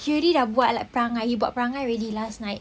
he already dah buat like perangai he got buat perangai already last night